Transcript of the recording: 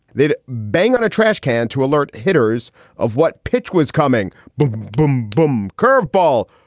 they'd bang on a trash can to alert hitters of what pitch was coming boom, boom. boom. curve ball.